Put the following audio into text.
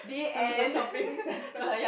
to the shopping centre